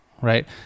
right